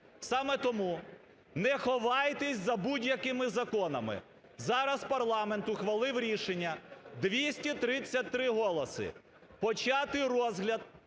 Саме тому, не ховайтесь за будь-якими законами зараз парламент ухвалив рішення – 223 голоси, почати розгляд